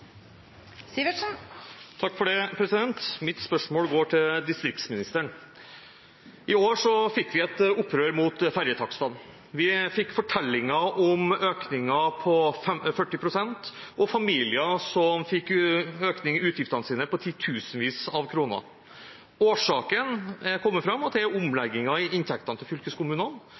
Mitt spørsmål går til distriktsministeren. I år fikk vi et opprør mot ferjetakstene. Vi fikk fortellinger om en økning på 40 pst., og om familier som fikk en økning i utgiftene sine på titusenvis av kroner. Årsaken har kommet fram: Det er omlegging av inntektene til fylkeskommunene,